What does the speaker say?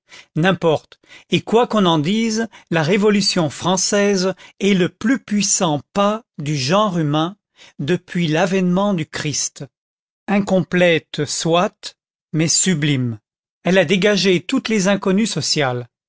n'importe et quoi qu'on en dise la révolution française est le plus puissant pas du genre humain depuis l'avènement du christ incomplète soit mais sublime elle a dégagé toutes les inconnues sociales